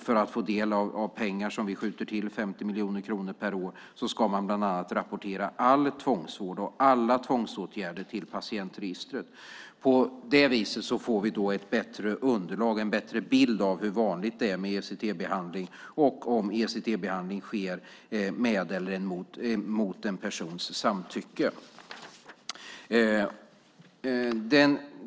För att få del av pengar som vi skjuter till, 50 miljoner kronor per år, ska man bland annat rapportera all tvångsvård och alla tvångsåtgärder till patientregistret. På det viset får vi en bättre bild av hur vanligt det är med ECT-behandling och om ECT-behandling sker med eller mot en persons samtycke.